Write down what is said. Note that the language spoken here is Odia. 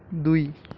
ଦୁଇ